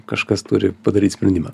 kažkas turi padaryt sprendimą